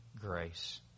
grace